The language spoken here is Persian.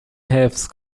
حفظ